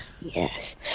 Yes